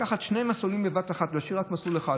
לקחת שני מסלולים בבת אחת ולהשאיר רק מסלול אחד,